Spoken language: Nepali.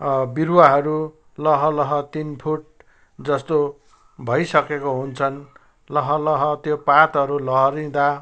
बिरुवाहरू लहलह तिन फुट जस्तो भइसकेको हुन्छन् लहलह त्यो पातहरू लहरिँदा